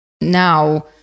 now